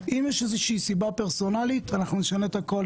ואם יש סיבה פרסונלית אנחנו נשנה את הכול,